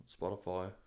Spotify